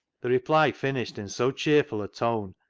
the reply finished in so cheerful a tone,